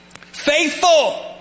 faithful